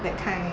that kind